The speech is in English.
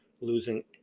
losing